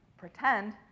pretend